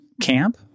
camp